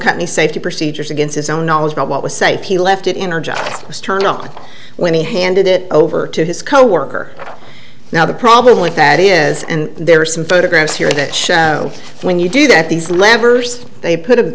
company safety procedures against his own knowledge about what was safe he left it in our job was turned off when he handed it over to his coworker now the problem with that is and there are some photographs here that show when you do that these levers they put a